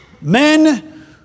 men